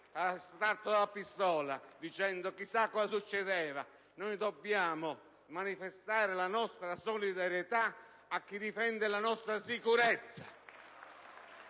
ha estratto la pistola pensando a chissà cosa succedeva. Noi dobbiamo manifestare la nostra solidarietà a chi difende la nostra sicurezza